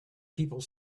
people